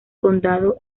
condado